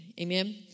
Amen